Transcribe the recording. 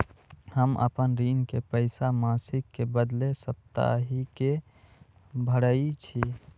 हम अपन ऋण के पइसा मासिक के बदले साप्ताहिके भरई छी